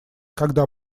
когда